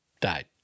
died